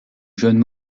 jeune